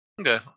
Okay